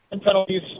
penalties